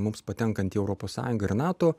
mums patenkant į europos sąjungą ir nato